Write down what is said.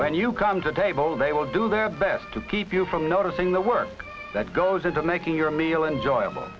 when you come to table they will do their best to keep you from noticing the work that goes into making your meal enjoyable